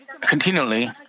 continually